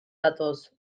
datoz